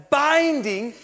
binding